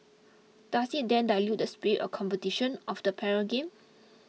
does it then dilute the spirit of competition of the para games